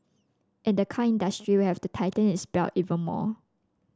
and the car industry will have to tighten its belt even more